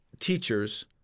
teachers